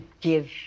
give